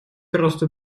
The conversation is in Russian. росту